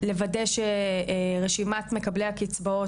לוודא שרשימת מקבלי הקצבאות,